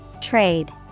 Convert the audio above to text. Trade